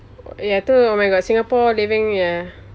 ya tu oh my god singapore living ya